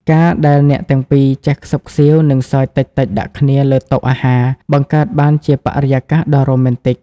ការដែលអ្នកទាំងពីរចេះខ្សឹបខ្សៀវ និងសើចតិចៗដាក់គ្នាលើតុអាហារ បង្កើតបានជាបរិយាកាសដ៏រ៉ូមែនទិក។